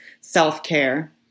self-care